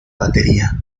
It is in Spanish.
batería